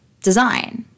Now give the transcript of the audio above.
design